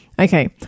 Okay